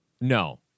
no